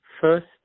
first